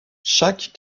chaque